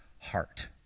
heart